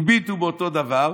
הביטו באותו דבר,